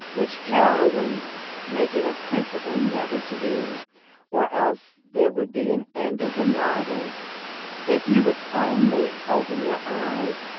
which heroines make it a principle never to do or else there would be an end of the novel if you would only open your eyes,